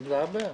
זה הרבה.